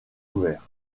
ouvert